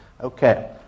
Okay